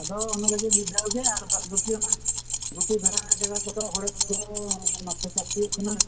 ᱟᱫᱚ ᱚᱱᱟ ᱞᱟᱹᱜᱤᱫ ᱢᱤᱫ ᱫᱷᱟᱹᱣ ᱜᱮ ᱟᱨ ᱵᱟᱫ ᱵᱟᱹᱠᱤ ᱚᱱᱟ ᱜᱷᱩᱴᱩ ᱫᱷᱟᱨᱟ ᱡᱟᱭᱜᱟ ᱠᱚᱫᱚ ᱦᱚᱲᱮᱡ ᱠᱚ ᱚᱱᱟ ᱠᱚ ᱪᱟᱥ ᱦᱩᱭᱩᱜ ᱠᱟᱱᱟ